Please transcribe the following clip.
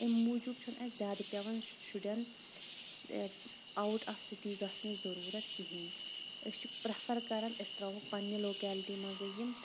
أمہِ موجوٗب چھُنہٕ اَسہِ زیٛادٕ پٮ۪وان شُرٮ۪ن اوُٹ آف سِٹی گژھنٕچ ضروٗرَت کہیٖن أسۍ چھ پرٮ۪فر کران أسۍ ترٛاوہوکھ پننہِ لوکیلٹی منٛزے یِم